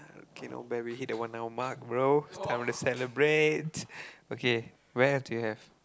okay not bad we hit the one hour mark bro it's time to celebrate okay where do you have